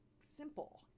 simple